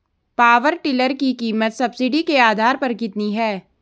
Power tiller की कीमत subsidy के आधार पर कितनी है?